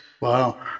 Wow